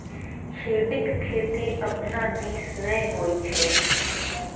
खेढ़ीक खेती अपना दिस नै होए छै